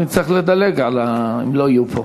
אנחנו נצטרך לדלג אם הם לא יהיו פה.